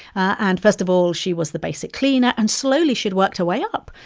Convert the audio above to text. and first of all, she was the basic cleaner. and slowly, she'd worked her way up.